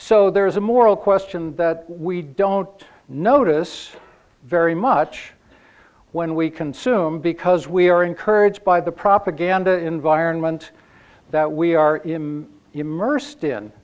so there is a moral question that we don't notice very much when we consume because we are encouraged by the propaganda environment that we are in immersed in